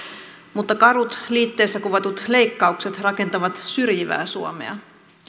mutta karut liitteessä kuvatut leikkaukset rakentavat syrjivää suomea